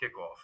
kickoff